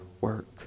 work